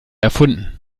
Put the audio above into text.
erfunden